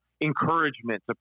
encouragement